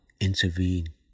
intervene